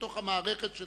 בתוך המערכת שלנו.